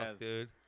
dude